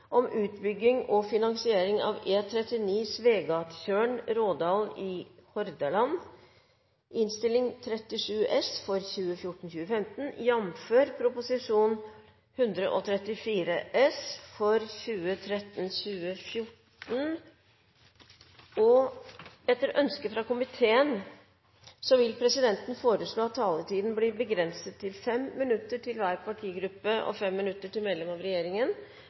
om ordet til sak nr. 5. Ingen har bedt om ordet. Etter ønske fra transport- og kommunikasjonskomiteen vil presidenten foreslå at taletiden blir begrenset til 5 minutter til hver partigruppe og 5 minutter til medlem av regjeringen.